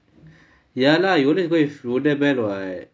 ya lah you always go with older man [what]